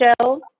show